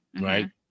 right